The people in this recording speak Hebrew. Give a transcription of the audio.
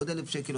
עוד 1,000 שקל,